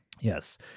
yes